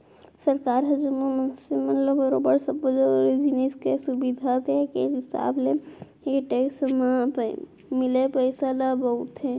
सरकार ह जम्मो मनसे मन ल बरोबर सब्बो जरुरी जिनिस मन के सुबिधा देय के हिसाब ले ही टेक्स म मिले पइसा ल बउरथे